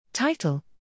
Title